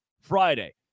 Friday